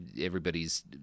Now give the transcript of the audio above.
everybody's